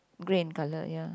grey in colour ya